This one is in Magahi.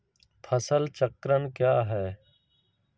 फसल चक्रण क्या है?